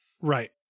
Right